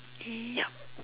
yup